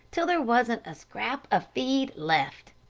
till there wasn't a scrap of feed left.